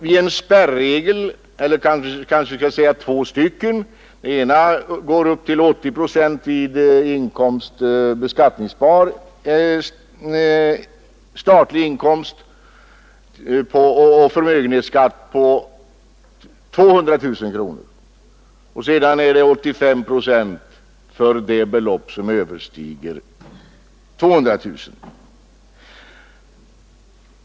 Den ena spärregeln gäller för beskattningsbar statlig inkomst där skatteuttaget är begränsat till 80 procent. Den andra spärregeln gäller för förmögenhetsskatten där skatteuttaget är begränsat till 80 respektive 85 procent beroende på om beloppet överstiger 200 000 kronor.